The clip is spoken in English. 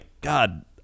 god